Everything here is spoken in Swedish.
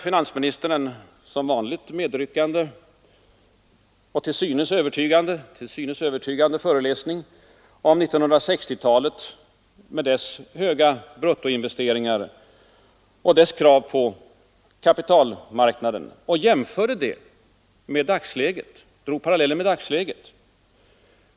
Finansministern höll som vanligt en medryckande och till synes övertygande föreläsning om 1960-talet med dess höga bruttoinvesteringar och dess krav på kapitalmarknaden och drog paralleller med dagsläget.